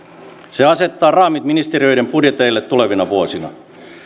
se asettaa raamit ministeriöiden budjeteille tulevina vuosina